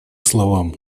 словам